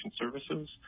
services